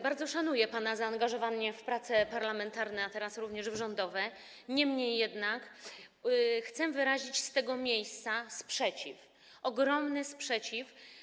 Bardzo szanuję pana zaangażowanie w prace parlamentarne, a teraz również w prace rządowe, niemniej jednak chcę wyrazić z tego miejsca sprzeciw, ogromny sprzeciw.